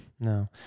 No